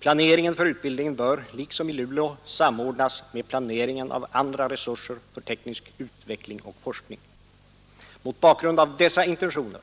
Planeringen för utbildningen bör liksom i Luleå samordnas med planeringen av andra resurser för teknisk utveckling och forskning.” Mot bakgrund av dessa intentioner,